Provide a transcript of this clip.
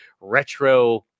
retro